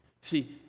See